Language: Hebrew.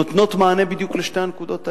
נותנות מענה בדיוק לשתי הנקודות האלה.